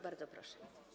Bardzo proszę.